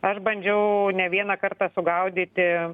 aš bandžiau ne vieną kartą sugaudyti